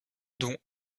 dont